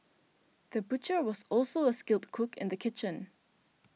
the butcher was also a skilled cook in the kitchen